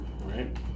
right